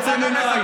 עוצם עיניים.